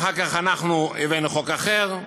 ואחר כך אנחנו הבאנו חוק אחר,